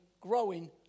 growing